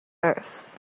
earth